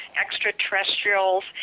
extraterrestrials